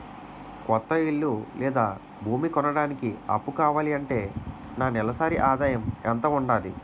కొత్త ఇల్లు లేదా భూమి కొనడానికి అప్పు కావాలి అంటే నా నెలసరి ఆదాయం ఎంత ఉండాలి?